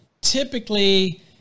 typically